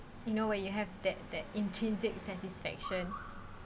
you know when you have that that intrinsic satisfaction